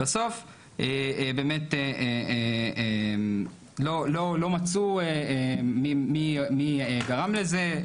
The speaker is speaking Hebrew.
ובסוף באמת לא מצאו מי גרם לזה,